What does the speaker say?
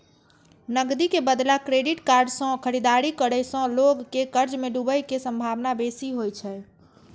नकदी के बदला क्रेडिट कार्ड सं खरीदारी करै सं लोग के कर्ज मे डूबै के संभावना बेसी होइ छै